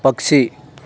పక్షి